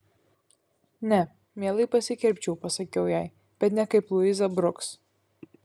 ne mielai pasikirpčiau pasakiau jai bet ne kaip luiza bruks